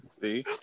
See